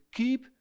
keep